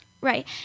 Right